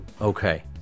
Okay